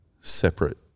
separate